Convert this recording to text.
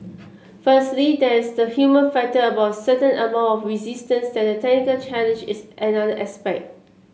firstly there is the human factor about a certain amount of resistance and the technical challenge is another aspect